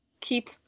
keep